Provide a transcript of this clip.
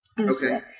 Okay